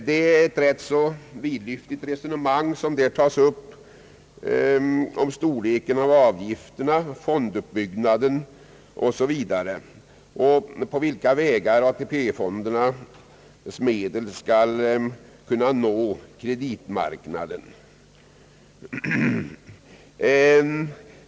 Det är rätt vidlyftigt resonemang som där tas upp om storleken av avgifterna, fonduppbyggnaden osv. samt på vilka vägar AP-fondens medel skall kunna nå kreditmarknaden.